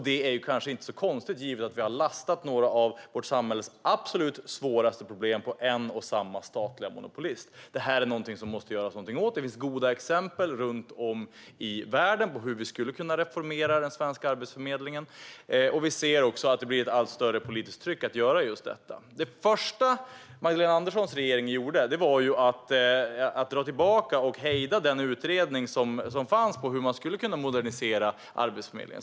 Detta är kanske inte så konstigt givet att vi har lastat några av vårt samhälles absolut svåraste problem på en och samma statliga monopolist. Det här måste man göra någonting åt. Det finns goda exempel runt om i världen på hur man kan reformera ett lands arbetsförmedling. Det blir också ett allt större politiskt tryck att göra just detta i Sverige. Det första Magdalena Anderssons regering gjorde var att dra tillbaka och hejda den utredning som fanns om hur man skulle kunna modernisera Arbetsförmedlingen.